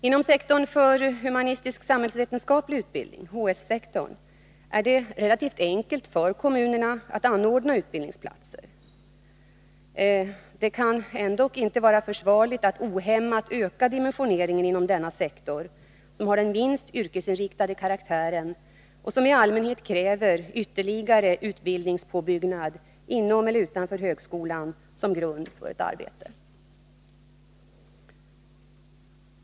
Inom sektorn för humanistisk-samhällsvetenskaplig utbildning är det relativt enkelt för kommunerna att anordna utbildningsplatser. Det kan dock inte vara försvarligt att ohämmat öka dimensioneringen inom denna sektor, som har den minst yrkesinriktade karaktären och som i allmänhet kräver ytterligare utbildningspåbyggnad inom eller utanför högskolan som grund för ett arbete.